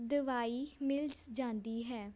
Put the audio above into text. ਦਵਾਈ ਮਿਲ ਜਾਂਦੀ ਹੈ